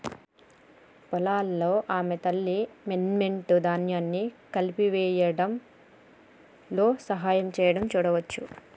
పొలాల్లో ఆమె తల్లి, మెమ్నెట్, ధాన్యాన్ని నలిపివేయడంలో సహాయం చేయడం చూడవచ్చు